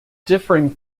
differing